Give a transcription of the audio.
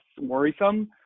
worrisome